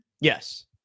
Yes